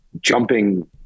jumping